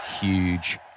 huge